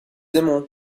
aimeront